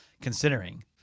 considering